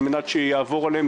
על מנת שיעבור עליהם.